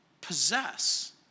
possess